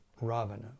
Ravana